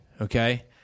okay